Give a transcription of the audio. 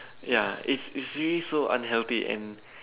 ya it's it's really so unhealthy and